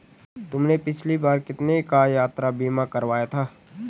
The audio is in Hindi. तुमने पिछली बार कितने का यात्रा बीमा करवाया था?